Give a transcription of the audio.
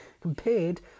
compared